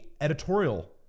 editorial